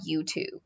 YouTube